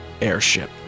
airship